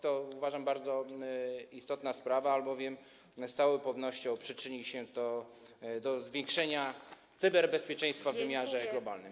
To uważam za bardzo istotną sprawę, albowiem z całą pewnością przyczyni się to do zwiększenia cyberbezpieczeństwa w wymiarze globalnym.